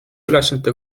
ülesannete